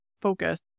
focus